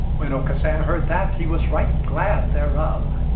when aucassin heard that, he was right glad thereof.